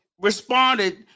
responded